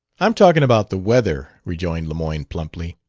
i'm talking about the weather, rejoined lemoyne plumply.